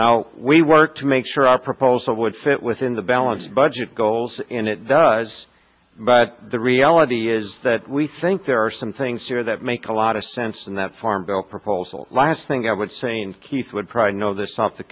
now we work to make sure our proposal would fit within the balanced budget goals and it does but the reality is that we think there are some things here that make a lot of sense and that farm bill proposal last thing i would say and keith would probably know this off the